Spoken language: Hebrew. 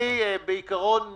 אני בעיקרון מסיר.